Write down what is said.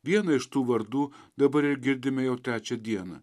vieną iš tų vardų dabar ir girdime jau trečią dieną